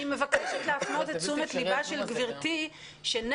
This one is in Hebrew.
אני מבקשת להפנות את תשומת ליבה של גברתי שנזק